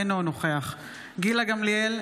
אינו נוכח גילה גמליאל,